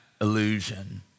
illusion